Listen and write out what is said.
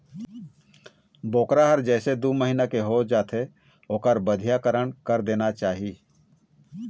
बोकरा ह जइसे दू महिना के हो जाथे ओखर बधियाकरन कर देना चाही